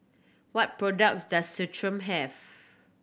what products does Centrum have